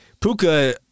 Puka